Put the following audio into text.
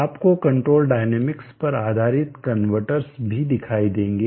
आपको control dynamics पर आधारित कन्वर्टर्स भी दिखाई देंगे